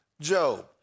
Job